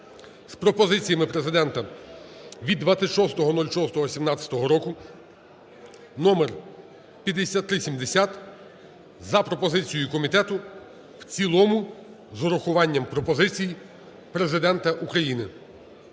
з пропозиціями Президента від 26.06.2017 року (№ 5370) за пропозицією комітету в цілому з урахуванням пропозицій Президента України.